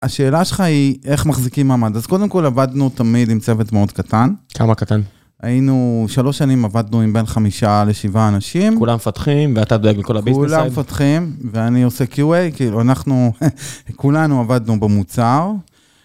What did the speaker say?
השאלה שלך היא איך מחזיקים מעמד, אז קודם כל עבדנו תמיד עם צוות מאוד קטן. כמה קטן? היינו, שלוש שנים עבדנו עם בין חמישה לשבעה אנשים. כולם פתחים ואתה דואג לכל הביזנס.. כולם מפתחים ואני עושה QA, כאילו אנחנו, כולנו עבדנו במוצר.